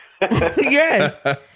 Yes